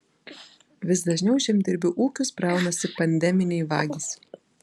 vis dažniau į žemdirbių ūkius braunasi pandeminiai vagys